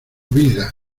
vida